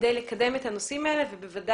כדי לקדם את הנושאים האלה ובוודאי